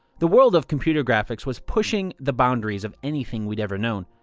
the world of computer graphics was pushing the boundaries of anything we've ever known.